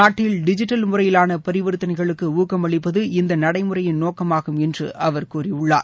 நாட்டில் டிஜிட்டல் முறையிவான பரிவாத்தனைகளுக்கு ஊக்கம் அளிப்பது இந்த நடைமுறையின் நோக்கமாகும் என்று அவர் கூறியுள்ளார்